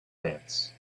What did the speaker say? deaths